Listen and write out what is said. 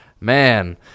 Man